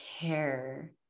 care